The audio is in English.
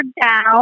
down